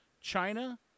China